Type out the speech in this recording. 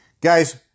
guys